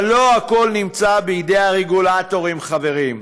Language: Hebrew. אבל לא הכול נמצא בידי הרגולטורים, חברים.